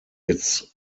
its